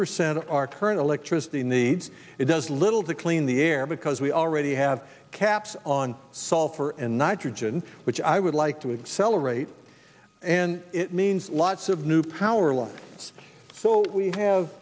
percent of our current electricity needs it does little to clean the air because we already have caps on sulfur and nitrogen which i would like to accelerate and it means lots of new power lines so we have